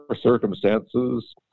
circumstances